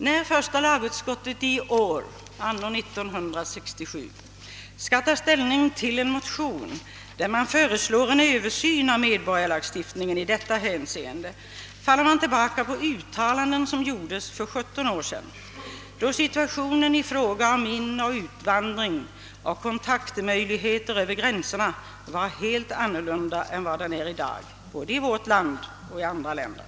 När första lagutskottet i år skall ta ställning till en motion med förslag om översyn av medborgarskapslagstiftningen i detta hänseende faller utskottet tillbaka på uttalanden som gjordes för 17 år sedan — då situationen i fråga om inoch utvandring samt kontaktmöjligheter över gränserna var en helt annan än i dag både i vårt land och i andra länder.